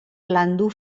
landu